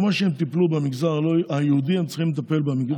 כמו שהם טיפלו במגזר היהודי הם צריכים לטפל במגזר,